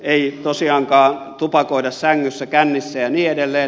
ei tosiaankaan tupakoida sängyssä kännissä ja niin edelleen